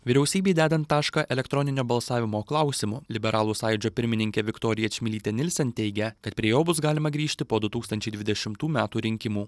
vyriausybei dedant tašką elektroninio balsavimo klausimu liberalų sąjūdžio pirmininkė viktorija čmilytė nilsen teigia kad prie jo bus galima grįžti po du tūkstančiai dvidešimtų metų rinkimų